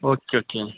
okay okay